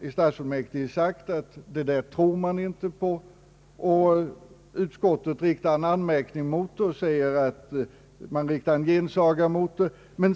I stadsfullmäktige har sagts att man inte tror på det där, och utskottet riktar också en gensaga mot det talet.